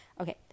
Okay